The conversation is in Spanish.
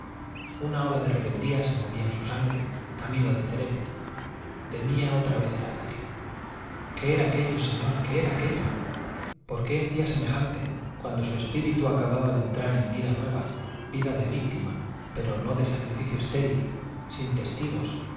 una ola de rebeldía se movía en su sangre camino del cerebro temía otra vez el ataque qué era aquello señor qué era aquello por qué en día semejante cuando su espíritu acababa de entrar en vida nueva vida de víctima pero no de sacrificio estéril sin testigos